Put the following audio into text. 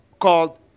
called